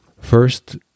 First